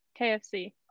KFC